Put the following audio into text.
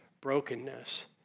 brokenness